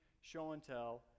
show-and-tell